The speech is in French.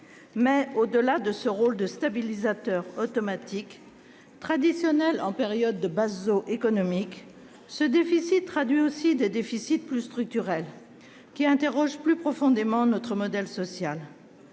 virus. Au-delà de ce rôle de « stabilisateur automatique », traditionnel en période de basses eaux économiques, ce déficit traduit aussi des déséquilibres plus structurels qui interrogent plus profondément notre modèle social.